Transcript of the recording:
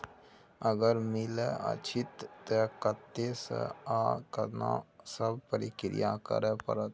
अगर मिलय अछि त कत्ते स आ केना सब प्रक्रिया करय परत?